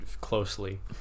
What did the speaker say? closely